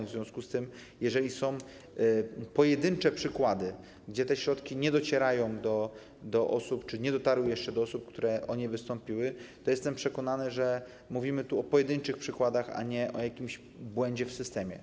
W związku z tym, jeżeli są pojedyncze przykłady, gdzie te środki nie docierają do osób czy nie dotarły jeszcze do osób, które o nie wystąpiły, to jestem przekonany, że mówimy tu o pojedynczych przykładach, a nie o jakimś błędzie w systemie.